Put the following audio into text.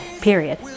period